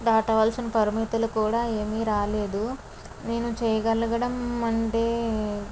దాటవలసిన పరిమితులు కూడా ఏమి రాలేదు నేను చేయగలగడం అంటే